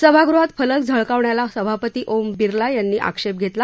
सभागृहात फलक झळकावण्याला सभापती ओम बिर्ला यांनी आक्षेप घेतला